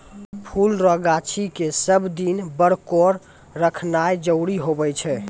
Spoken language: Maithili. फुल रो गाछी के सब दिन बरकोर रखनाय जरूरी हुवै छै